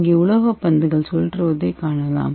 இங்கே உலோக பந்துகள் சுழற்றுவதை காணலாம்